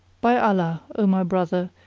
by allah, o my brother,